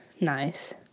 nice